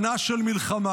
שנה של מלחמה,